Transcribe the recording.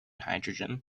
hydrogen